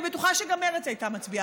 אני בטוחה שגם מרצ הייתה מצביעה.